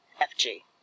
F.G